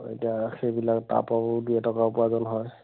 অঁ এতিয়া সেইবিলাক তাৰ পৰাও দুই এটকা উপাৰ্জন হয়